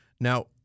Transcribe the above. Now